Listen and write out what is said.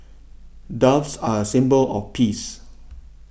doves are a symbol of peace